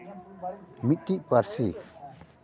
ᱢᱤᱫᱴᱤᱡ ᱯᱟᱹᱨᱥᱤ